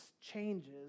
changes